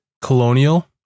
colonial